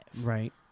Right